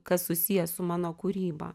kas susiję su mano kūryba